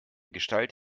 gestalt